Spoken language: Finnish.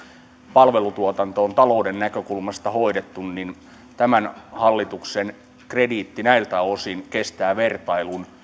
palvelutuotantoon talouden näkökulmasta hoidettu tämän hallituksen krediitti näiltä osin kestää vertailun